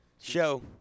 show